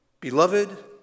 Beloved